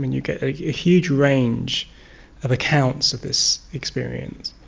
and you get a huge range of accounts of this experience,